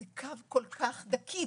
זה קו כל כך דקיק,